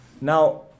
now